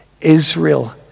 Israel